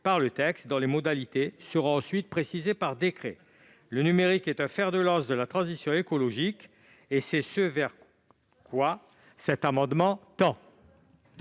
dans ce texte ; les modalités de ce référentiel seraient précisées par décret. Le numérique est un fer de lance de la transition écologique ; c'est bien vers quoi cet amendement tend.